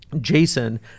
Jason